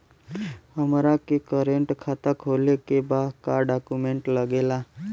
हमारा के करेंट खाता खोले के बा का डॉक्यूमेंट लागेला?